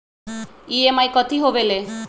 EMI कथी होवेले?